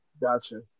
Gotcha